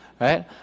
right